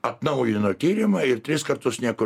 atnaujino tyrimą ir tris kartus niekur